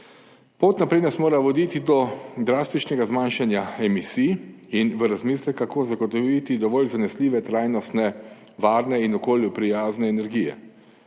Pot naprej nas mora voditi do drastičnega zmanjšanja emisij in v razmislek, kako zagotoviti dovolj zanesljive, trajnostne, varne in okolju prijazne energije.